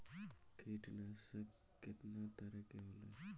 कीटनाशक केतना तरह के होला?